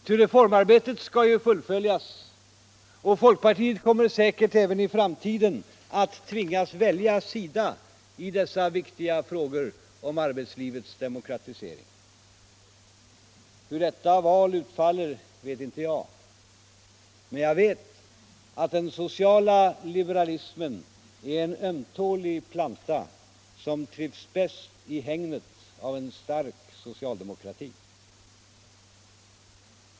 Ty reformarbetet skall ju fullföljas, och folkpartiet kommer säkert även i framtiden att tvingas välja sida i dessa viktiga frågor om arbetslivets demokratisering. Hur detta val utfaller vet inte jag. Men jag vet att den sociala liberalismen är en ömtålig planta som trivs bäst i hägnet av en stark socialdemokrati.